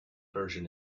version